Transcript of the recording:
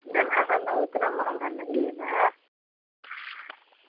ना ना ना ना उतना महँगा नहीं लेना है